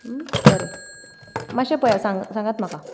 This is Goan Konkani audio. बरें मातशे पळया सांगात म्हाका